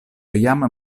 jam